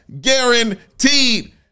guaranteed